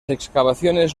excavaciones